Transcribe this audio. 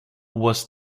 was